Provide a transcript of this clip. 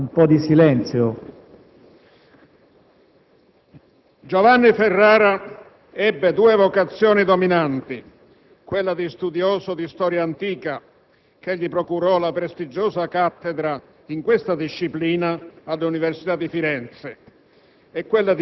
Giovanni Ferrara ebbe due vocazioni dominanti: quella di studioso di storia antica, che gli procurò la prestigiosa cattedra in questa disciplina all'Università di Firenze,